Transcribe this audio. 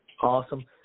Awesome